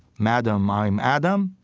madam, i'm adam,